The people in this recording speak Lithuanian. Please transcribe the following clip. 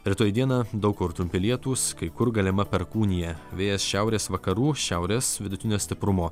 rytoj dieną daug kur trumpi lietūs kai kur galima perkūnija vėjas šiaurės vakarų šiaurės vidutinio stiprumo